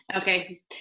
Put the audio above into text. Okay